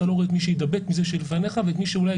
אתה לא רואה את מי שיידבק מזה שלפניך ואת מי שיגיע,